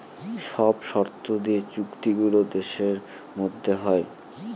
সব শর্ত দিয়ে চুক্তি গুলো দেশের মধ্যে হয়